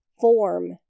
form